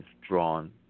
drawn